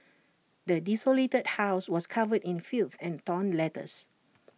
the desolated house was covered in filth and torn letters